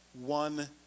one